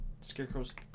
Scarecrow's